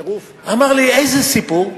אמר לי: איזה סיפור?